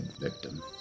victim